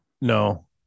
No